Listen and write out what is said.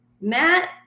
Matt